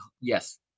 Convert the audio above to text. Yes